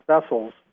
vessels